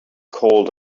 called